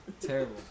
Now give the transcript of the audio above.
Terrible